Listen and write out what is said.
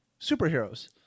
superheroes